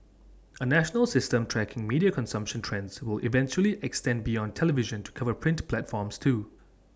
A national system tracking media consumption trends will eventually extend beyond television to cover print platforms too